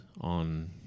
on